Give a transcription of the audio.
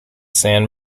san